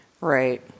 Right